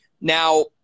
Now